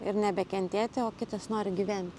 ir nebekentėti o kitas nori gyvent